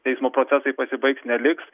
teismo procesai pasibaigs neliks